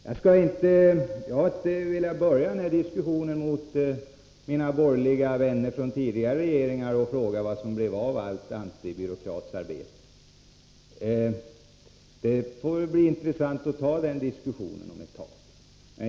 Jag har inte velat börja denna diskussion med att fråga mina borgerliga vänner från tidigare regeringar vad som blev av allt antibyråkratiarbete. Det blir intressant att ta upp den diskussionen om ett tag.